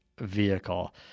vehicle